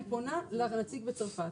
היא פונה לנציג בצרפת.